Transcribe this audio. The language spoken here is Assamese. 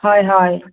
হয় হয়